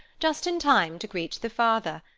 just in time to greet the father,